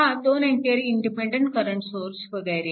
हा 2A independent current source वगैरे